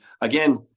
again